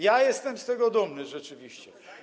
Ja jestem z tego dumny rzeczywiście.